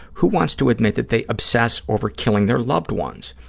who wants to admit that they obsess over killing their loved ones?